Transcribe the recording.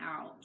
out